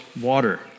water